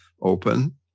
open